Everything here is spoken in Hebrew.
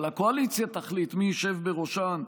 אבל הקואליציה תחליט מי ישב בראשן.